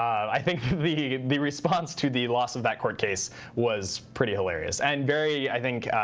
i think the the response to the loss of that court case was pretty hilarious. and very, i think,